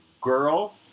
girl